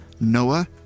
Noah